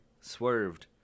Swerved